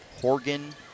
Horgan